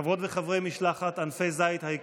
חברי וחברות משלחת "ענפי זית" היקרים,